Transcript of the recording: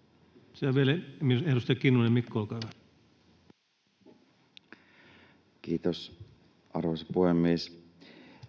— Vielä edustaja Kinnunen, Mikko, olkaa hyvä. Kiitos, arvoisa puhemies!